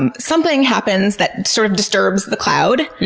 um something happens that sort of disturbs the cloud.